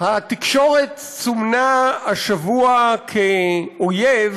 התקשורת סומנה השבוע כאויב,